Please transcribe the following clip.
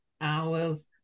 hours